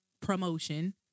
promotion